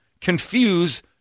confuse